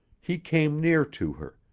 he came near to her,